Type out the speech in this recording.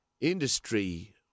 Industry